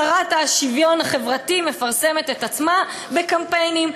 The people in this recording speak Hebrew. השרה לשוויון חברתי מפרסמת את עצמה בקמפיינים.